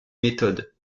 méthode